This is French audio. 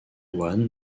one